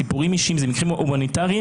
אלה סיפורים אישיים, אלה מקרים הומניטריים.